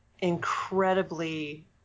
Incredibly